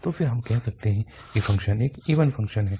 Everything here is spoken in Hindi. तो फिर हम कहते हैं कि फ़ंक्शन एक इवन फ़ंक्शन है